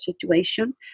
situation